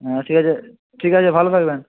হ্যাঁ ঠিক আছে ঠিক আছে ভালো থাকবেন